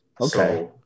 okay